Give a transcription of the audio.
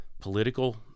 political